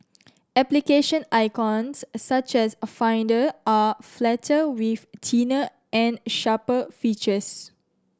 application icons such as Finder are flatter with thinner and sharper features